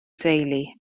deulu